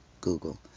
Google